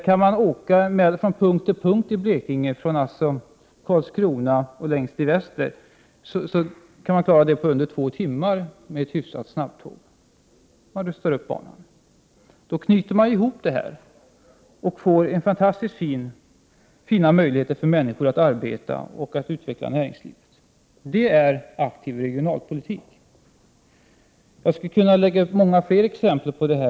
Man kan åka från punkt till punkt, från Karlskrona till längst ut i väster på under två timmar med ett hyfsat snabbtåg, om man rustar upp banan. Då knyter man ihop orterna och får fantastiskt fina möjligheter för människor att arbeta och utveckla näringslivet. Det är aktiv regionalpolitik. Jag skulle kunna ta många fler exempel på detta.